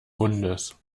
hundes